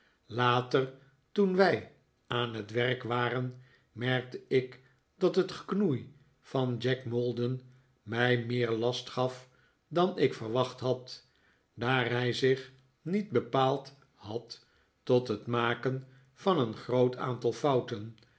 later toen wij aan het werk waren merkte ik dat het geknoei van jack maldon mij meer last gaf dan ik verwacht had daar hij zich niet bepaald had tot het maken van een groot aantal fouten